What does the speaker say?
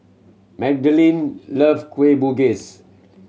Magdalen loves Kueh Bugis